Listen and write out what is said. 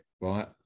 right